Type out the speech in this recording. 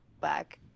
back